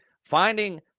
Finding